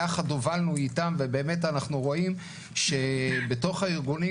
יחד הובלנו איתם ובאמת אנחנו רואים שבתוך הארגונים,